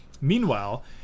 Meanwhile